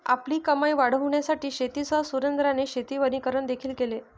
आपली कमाई वाढविण्यासाठी शेतीसह सुरेंद्राने शेती वनीकरण देखील केले